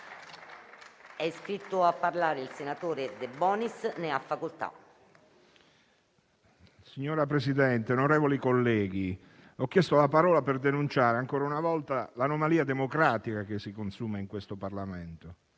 Signor Presidente, ho chiesto la parola per denunciare, ancora una volta, l'anomalia democratica che si consuma in questo Parlamento.